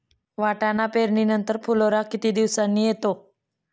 वाटाणा पेरणी नंतर फुलोरा किती दिवसांनी येतो?